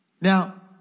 now